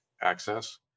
access